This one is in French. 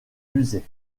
musée